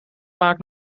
vaak